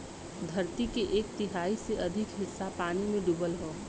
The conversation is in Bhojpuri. धरती के एक तिहाई से अधिक हिस्सा पानी में डूबल हौ